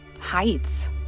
heights